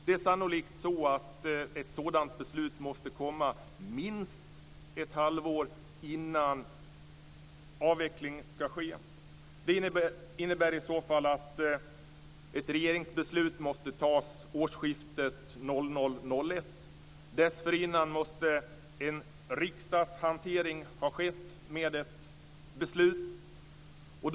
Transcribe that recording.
Det är sannolikt så att ett sådant beslut måste komma minst ett halvår innan avvecklingen skall ske. Det innebär att ett regeringsbeslut måste fattas årsskiftet 2000/2001. Dessförinnan måste en riksdagshantering ha skett och ett beslut fattats.